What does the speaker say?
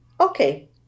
Okay